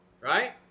Right